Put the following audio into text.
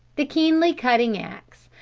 the keenly cutting ax,